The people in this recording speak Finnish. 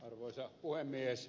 arvoisa puhemies